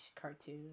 cartoon